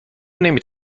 نمی